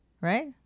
right